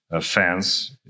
fans